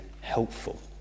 helpful